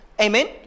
Amen